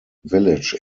village